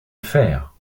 faire